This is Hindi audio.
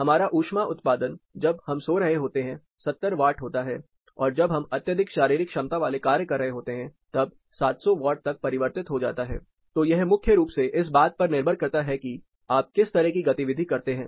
हमारा ऊष्मा उत्पादन जब हम सो रहे होते हैं 70 वाट होता है और जब हम अत्यधिक शारीरिक क्षमता वाले कार्य कर रहे होते हैं तब 700 वाट तक परिवर्तित हो जाता हैI तो यह मुख्य रूप से इस बात पर निर्भर करता है कि आप किस तरह की गतिविधि करते हैं